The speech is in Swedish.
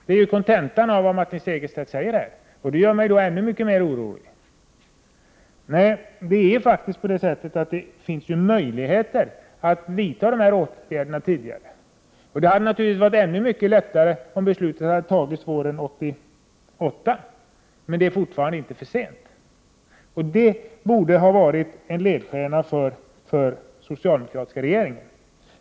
Det är ju kontentan av vad Martin Segerstedt säger, och det gör mig ännu mer orolig. Det finns ju möjligheter att vidta dessa åtgärder tidigare. Det hade naturligtvis varit ännu lättare, om beslutet hade tagits våren 1988, men det är fortfarande inte för sent. Det borde ha varit en ledstjärna för den socialdemokratiska regeringen.